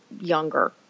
younger